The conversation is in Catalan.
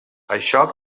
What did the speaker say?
això